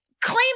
claim